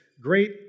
great